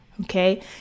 Okay